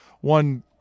one